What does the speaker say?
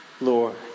Lord